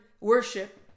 worship